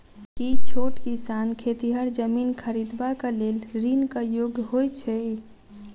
की छोट किसान खेतिहर जमीन खरिदबाक लेल ऋणक योग्य होइ छै?